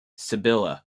sibylla